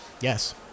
Yes